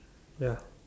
ya